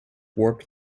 warped